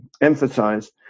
emphasize